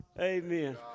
Amen